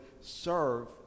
serve